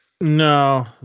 No